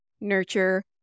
nurture